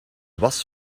was